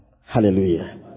Hallelujah